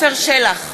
עפר שלח,